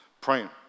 praying